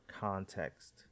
context